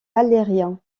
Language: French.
valérien